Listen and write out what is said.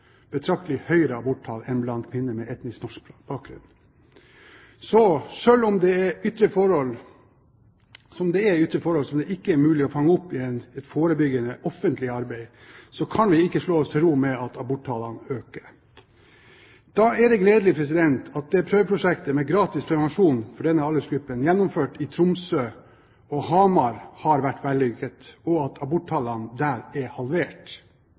blant kvinner med etnisk norsk bakgrunn. Selv om det er ytre forhold som det ikke er mulig å fange opp i et forebyggende, offentlig arbeid, kan vi ikke slå oss til ro med at aborttallene øker. Da er det gledelig at det prøveprosjektet med gratis prevensjon for denne aldersgruppen som er gjennomført i Tromsø og på Hamar, har vært vellykket, og at aborttallene der er halvert.